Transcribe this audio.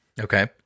Okay